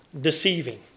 deceiving